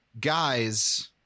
Guys